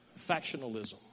Factionalism